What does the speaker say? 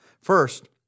First